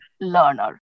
learner